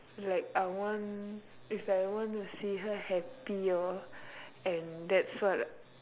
like I want is like I want to see her happy or and that's what